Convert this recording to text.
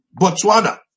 Botswana